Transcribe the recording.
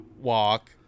walk